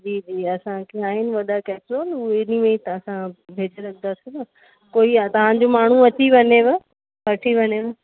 जी जी असांखे आहिनि वॾा कैस्रोल उहे उन में असां भेजे रखंदासीं कोई तव्हांजो माण्हू अची वञेव वठी वञनि